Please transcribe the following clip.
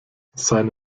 seine